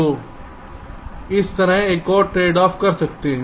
तो आप इस तरह का एक ट्रेडऑफ कर सकते हैं